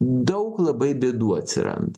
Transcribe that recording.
daug labai bėdų atsiranda